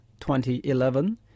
2011